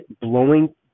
blowing